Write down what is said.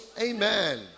Amen